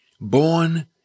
Born